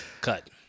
Cut